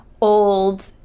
old